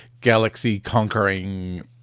galaxy-conquering